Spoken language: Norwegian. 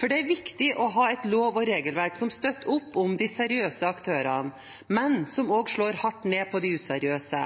Det er viktig å ha et lov- og regelverk som støtter opp under de seriøse aktørene, men som også slår hardt ned på de useriøse.